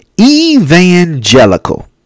Evangelical